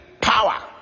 power